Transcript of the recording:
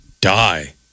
die